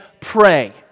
Pray